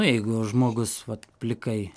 nu jeigu žmogus vat plikai